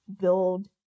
build